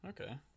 Okay